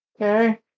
Okay